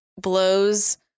blows